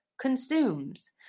consumes